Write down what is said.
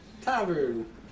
tavern